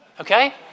Okay